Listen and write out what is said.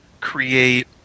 create